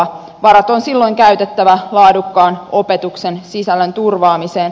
varat on silloin käytettävä laadukkaan opetuksen sisällön turvaamiseen